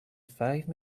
five